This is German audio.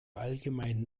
allgemeinen